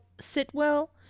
Sitwell